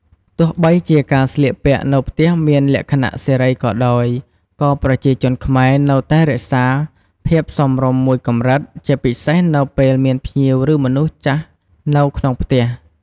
ទោះបីជាការស្លៀកពាក់នៅផ្ទះមានលក្ខណៈសេរីក៏ដោយ ក៏ប្រជាជនខ្មែរនៅតែរក្សាភាពសមរម្យមួយកម្រិត ជាពិសេសនៅពេលមានភ្ញៀវ ឬមនុស្សចាស់នៅក្នុងផ្ទះ។